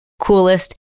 coolest